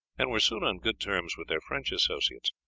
and were soon on good terms with their french associates.